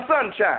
sunshine